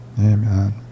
Amen